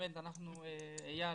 אייל.